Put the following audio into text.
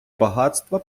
багатства